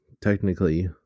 technically